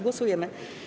Głosujemy.